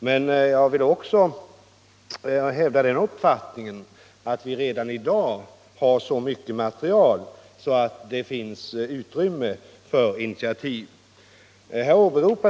Men jag vill också hävda uppfattningen att vi redan i dag har så mycket material att det finns utrymme för initiativ.